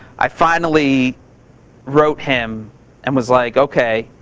i finally wrote him and was like, ok.